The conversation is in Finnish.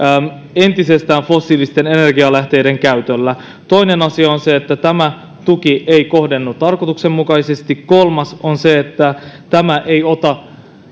entisestään fossiilisten energialähteiden käytöllä toinen asia on se että tämä tuki ei kohdennu tarkoituksenmukaisesti kolmas on se että tämä ei ota